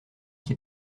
qui